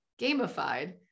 gamified